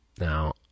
Now